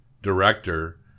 Director